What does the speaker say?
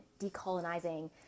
decolonizing